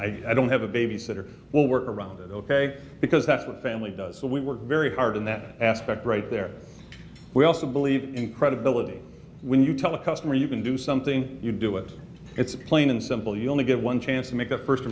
and i don't have a babysitter will work around that ok because that's what family does so we work very hard in that aspect right there we also believe in credibility when you tell a customer you can do something you do it it's plain and simple you only get one chance to make a first